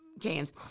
cans